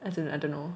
as in I don't know